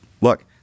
look